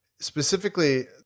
specifically